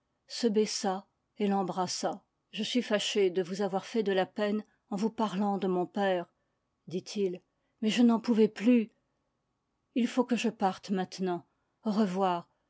se baissa et l'embrassa je suis fâché de vous avoir fait de la peine en vous parlant de mon père dit-il mais je n'en pouvais plus il faut que je parte maintenant au revoir